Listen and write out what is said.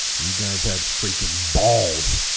you guys had freaking balls